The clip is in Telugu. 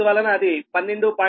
అందువలన అది 12